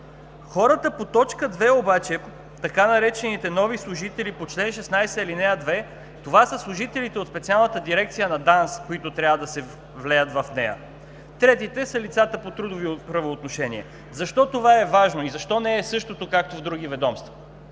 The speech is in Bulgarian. Хората по т. 2 обаче, така наречените „нови служители по чл. 16, ал. 2“, това са служителите от Специалната дирекция на ДАНС, които трябва да се влеят в нея. Третите са лицата по трудови правоотношения. Защо това е важно и защо не е същото, както в други ведомства?